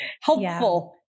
helpful